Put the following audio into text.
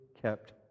Kept